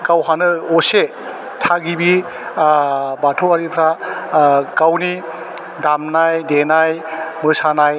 गावहानो असे थागिबि बाथौआरिफ्रा गावनि दामनाय देनाय मोसानाय